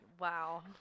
Wow